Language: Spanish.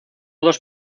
dos